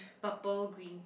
purple green